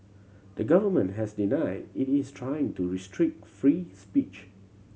the government has denied it is trying to restrict free speech